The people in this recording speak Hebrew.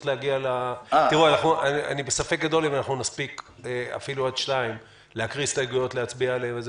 אני בספק גדל אם נספיק עד 14:00 להקריא הסתייגות ולהצביע עליהן.